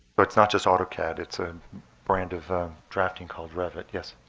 but it's not just autocad. it's a brand of drafting called rivet. yes,